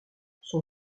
son